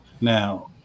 Now